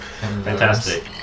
Fantastic